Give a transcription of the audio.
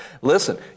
listen